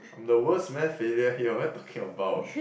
I'm the worse math failure here what you talking about